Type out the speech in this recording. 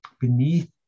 beneath